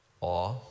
Awe